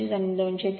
आणि 230